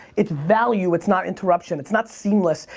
it's value, it's not interruption, it's not seamless,